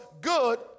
good